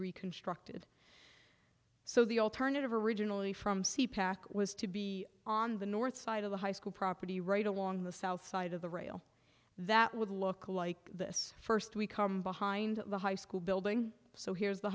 reconstructed so the alternative originally from c pack was to be on the north side of the high school property right along the south side of the rail that would look like this first we come behind the high school building so here is the